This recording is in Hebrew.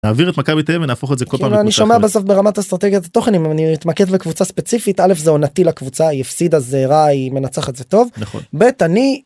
נעביר את מכבי תל אביב ונהפוך את זה כל פעם אני שומע בסוף ברמת אסטרטגיית תוכן אני מתמקד בקבוצה ספציפית אלף זה עונתי לקבוצה היא הפסידה זה רע היא מנצחת זה טוב נכון בית, אני